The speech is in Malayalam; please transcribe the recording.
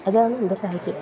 അതാണ് എൻ്റെ കാര്യം